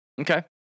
Okay